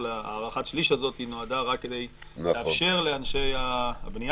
הארכת השליש הזאת רק נועדה כדי לאפשר לאנשי הבנייה.